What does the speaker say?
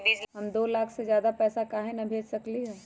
हम दो लाख से ज्यादा पैसा काहे न भेज सकली ह?